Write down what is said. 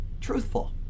truthful